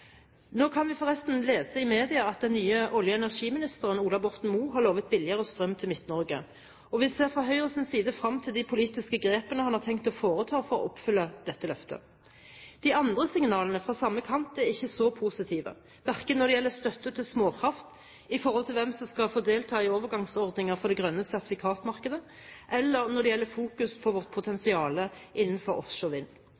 Nå kan vi forresten lese i media at den nye olje- og energiministeren, Ola Borten Moe, har lovet billigere strøm til Midt-Norge, og vi ser fra Høyres side frem til de politiske grepene han har tenkt å foreta for å oppfylle dette løftet. De andre signalene fra samme kant er ikke så positive, verken når det gjelder støtte til småkraft med hensyn til hvem som skal få delta og overgangsordninger for det grønne sertifikatmarkedet, eller når det gjelder fokus på vårt